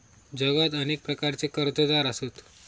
जगात अनेक प्रकारचे कर्जदार आसत